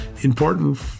important